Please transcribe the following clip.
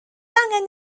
angen